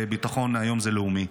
היום זה המשרד לביטחון לאומי.